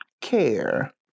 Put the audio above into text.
care